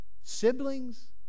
siblings